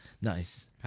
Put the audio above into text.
Nice